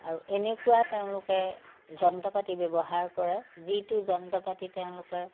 আৰু এনেকুৱা তেওঁলোকে যন্ত্ৰ পাতি ব্যৱহাৰ কৰে যিটো যন্ত্ৰ পাতি তেওঁলোকে